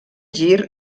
gir